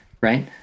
right